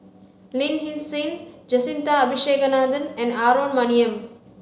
Lin Hsin Hsin Jacintha Abisheganaden and Aaron Maniam